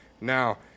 Now